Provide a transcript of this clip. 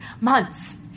months